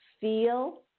feel